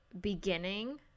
beginning